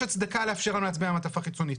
הצדקה לאפשר להם להצביע במעטפה חיצונית.